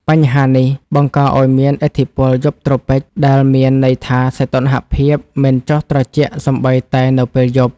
បញ្ហានេះបង្កឱ្យមានឥទ្ធិពល យប់ត្រូពិក ដែលមានន័យថាសីតុណ្ហភាពមិនចុះត្រជាក់សូម្បីតែនៅពេលយប់។